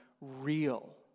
real